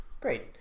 Great